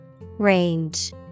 Range